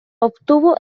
obtuvo